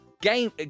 Game